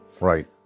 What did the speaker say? Right